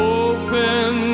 open